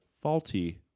faulty